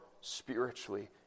spiritually